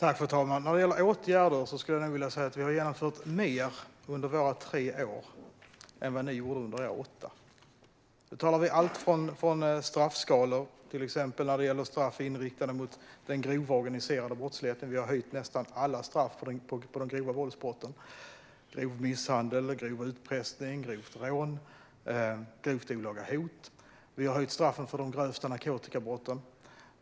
Fru talman! När det gäller åtgärder skulle jag nog vilja säga att vi har genomfört mer under våra tre år än vad ni gjorde under era åtta. Då talar vi om straffskalor. Det gäller till exempel straff riktade mot den grova organiserade brottsligheten. Vi har höjt nästan alla straff för de grova våldsbrotten: grov misshandel, grov utpressning, grovt rån och grovt olaga hot. Vi har höjt straffen för de grövsta narkotikabrotten.